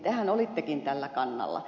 tehän olittekin tällä kannalla